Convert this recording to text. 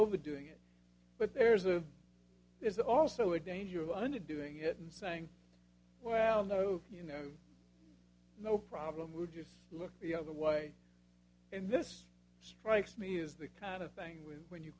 overdoing it but there's a there's also a danger of under doing it and saying well no you know no problem would just look the other way and this strikes me is the kind of thing when